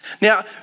Now